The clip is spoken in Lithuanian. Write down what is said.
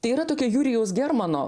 tai yra tokia jurijaus germano